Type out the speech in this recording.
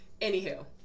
anywho